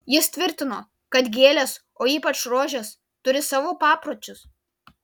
jis tvirtino kad gėlės o ypač rožės turi savo papročius